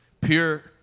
pure